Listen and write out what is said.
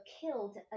killed